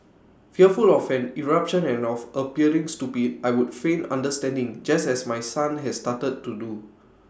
fearful of an eruption and of appearing stupid I would feign understanding just as my son has started to do